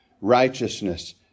righteousness